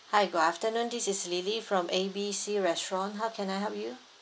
hi good afternoon this is lily from A B C restaurant how can I help you